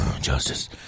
Justice